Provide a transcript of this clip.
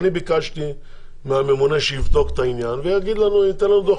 אני ביקשתי מהממונה שיבדוק את העניין וייתן לנו דוח.